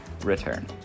return